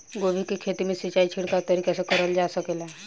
गोभी के खेती में सिचाई छिड़काव तरीका से क़रल जा सकेला?